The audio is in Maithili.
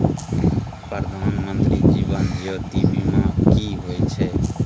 प्रधानमंत्री जीवन ज्योती बीमा की होय छै?